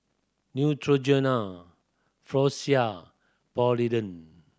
Neutrogena Polident